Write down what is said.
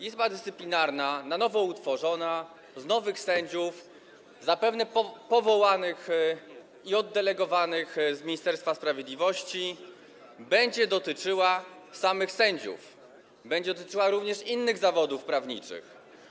Izba Dyscyplinarna, na nowo utworzona, z nowych sędziów, zapewne powołanych i oddelegowanych z Ministerstwa Sprawiedliwości, będzie dotyczyła samych sędziów, będzie dotyczyła również innych zawodów prawniczych.